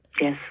Yes